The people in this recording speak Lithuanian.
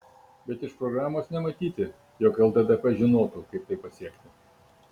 bet iš programos nematyti jog lddp žinotų kaip tai pasiekti